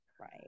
right